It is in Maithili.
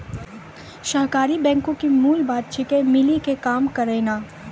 सहकारी बैंको के मूल बात छिकै, मिली के काम करनाय